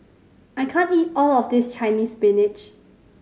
I can't eat all of this Chinese Spinach